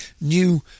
new